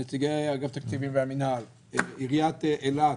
נציגי אגף התקציבים והמינהל, עיריית אילת,